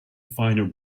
final